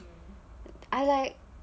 um I like